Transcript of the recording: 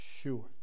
sure